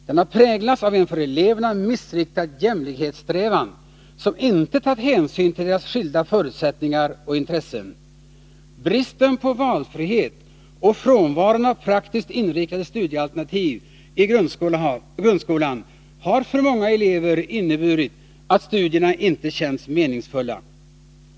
Den har präglats av en för eleverna missriktad jämlikhetssträvan, som inte tagit hänsyn till deras skilda förutsättningar och intressen. Bristen på valfrihet och frånvaron av praktiskt inriktade studiealternativ i grundskolan har för många elever inneburit att studierna inte känts meningsfulla.